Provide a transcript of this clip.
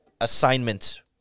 assignment